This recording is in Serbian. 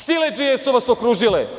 Siledžije su vas okružile.